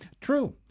true